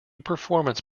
performance